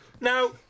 Now